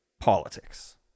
politics